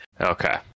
Okay